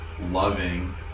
loving